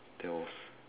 there was